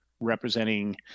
representing